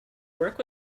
work